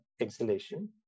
exhalation